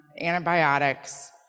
antibiotics